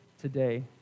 today